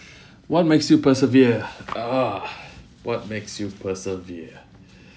what makes you persevere ah what makes you persevere